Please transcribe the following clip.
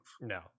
no